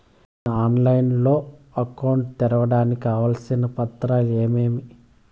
నేను ఆన్లైన్ లో అకౌంట్ తెరవడానికి కావాల్సిన పత్రాలు ఏమేమి?